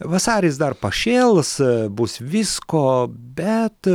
vasaris dar pašėls bus visko bet